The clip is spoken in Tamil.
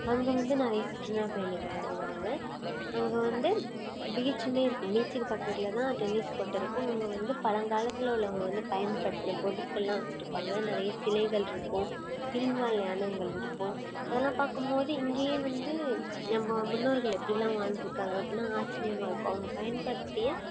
அங்கே வந்து நிறைய சுற்றுலா பயணிகள் வருவாங்க அங்கே வந்து பீச்சுமே இருக்கும் பீச்சுக்கு பக்கத்தில் தான் டென்னிஸ் கோட்டை இருக்கும் அங்கே வந்து பழங்காலத்தில் உள்ளவங்க வந்து பயன்படுத்தின பொருட்களெலாம் வச்சுருப்பாங்க நிறைய சிலைகள் இருக்கும் பீங்கானில் யானங்கள் இருக்கும் அதெல்லாம் பார்க்கும்போது இங்கேயே வந்து நம்ம முன்னோர்கள் எப்படில்லாம் வாழ்ந்திருக்காங்க அப்படின்லாம் ஆச்சரியமாக இருக்கும் அவங்க பயன்படுத்திய